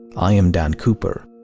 i am dan cooper.